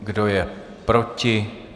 Kdo je proti?